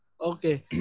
Okay